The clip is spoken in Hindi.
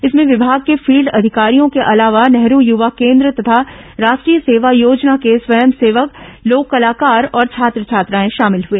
इसमें विमाग के फील्ड अधिकारियों के अलावा नेहरू युवा केन्द्र तथा राष्ट्रीय सेवा योजना के स्वयंसेवक लोक कलाकार और छात्र छात्राएं शामिल हए